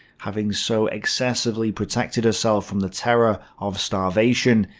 having so excessively protected herself from the terror of starvation,